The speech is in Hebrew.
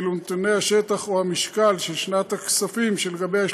ואילו נתוני השטח או המשקל של שנת הכספים שלגביה יש